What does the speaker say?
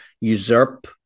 usurp